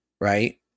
right